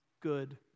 good